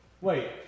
wait